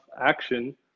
action